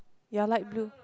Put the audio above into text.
ya light blue